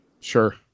Sure